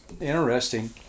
interesting